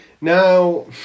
Now